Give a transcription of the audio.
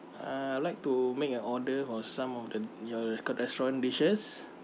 uh I would like to make an order on some of the your reco~ restaurant dishes